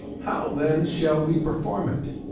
how, then, shall we perform it?